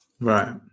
Right